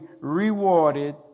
rewarded